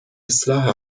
اصلاح